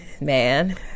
man